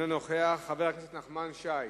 חבר הכנסת נחמן שי,